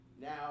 Now